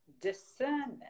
discernment